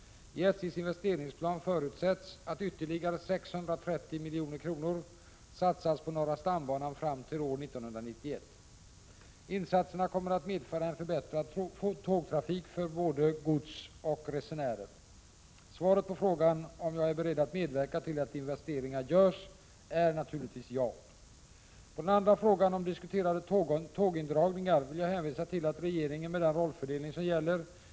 I SJ:s investeringsplan förutsätts att ytterligare 630 milj.kr. satsas på norra stambanan fram till år 1991. Insatserna kommer att medföra en förbättrad tågtrafik för både gods och resenärer. Svaret på frågan om jag är beredd att medverka till att investeringar görs är naturligtvis ja. På den andra frågan om diskuterade tågindragningar vill jag svara genom att hänvisa till att regeringen, med den rollfördelning som gäller, inte skall Prot.